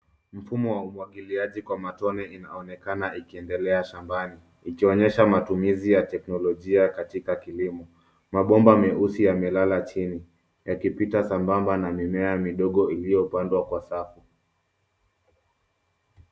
Mfumo wa umwagiliaji wa matone unaonekana ukiendelea shambani, ukionyesha matumizi ya teknolojia katika kilimo. Mabomba meusi yamelala chini, yakipita sambamba na mimea midogo iliyopandwa Kwa safu.